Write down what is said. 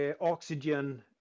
oxygen